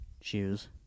shoes